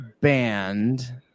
band